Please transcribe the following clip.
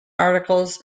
articles